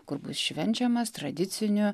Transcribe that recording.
kur bus švenčiamas tradicinių